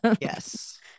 yes